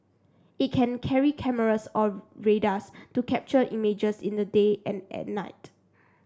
it can carry cameras or radars to capture images in the daytime and at night